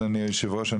אדוני יושב הראש,